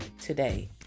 today